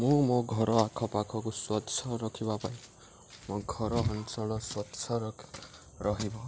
ମୁଁ ମୋ ଘର ଆଖପାଖକୁ ସ୍ୱଚ୍ଛ ରଖିବା ପାଇଁ ମୋ ଘର ଅଞ୍ଚଳ ସ୍ୱଚ୍ଛ ର ରହିବ